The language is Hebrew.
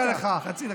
חצי דקה, חצי דקה.